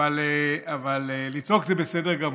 אבל לצעוק זה בסדר גמור.